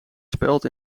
speld